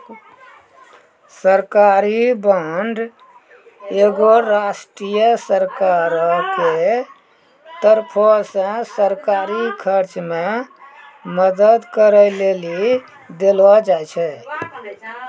सरकारी बांड एगो राष्ट्रीय सरकारो के तरफो से सरकारी खर्च मे मदद करै लेली देलो जाय छै